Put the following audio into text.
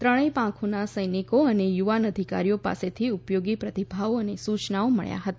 ત્રણેય પાંખોના સૈનિકો અને યુવાન અધિકારીઓ પાસેથી ઉપયોગી પ્રતિભાવો અને સૂચનો મળ્યા હતા